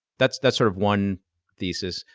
that's that's sort of one thesis.